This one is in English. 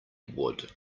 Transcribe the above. wood